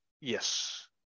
yes